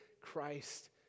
Christ